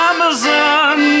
Amazon